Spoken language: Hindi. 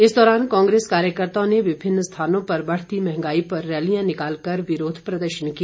इस दौरान कांगेस कार्यकर्त्ताओं ने विभिन्न स्थानों पर बढ़ती महंगाई पर रैलियां निकाल कर विरोध प्रदर्शन किया